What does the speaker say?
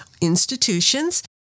institutions